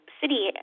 city